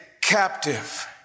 captive